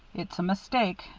it's a mistake.